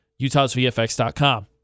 utahsvfx.com